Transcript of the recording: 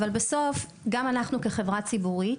אבל בסוף גם אנחנו כחברה ציבורית